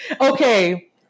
Okay